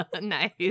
Nice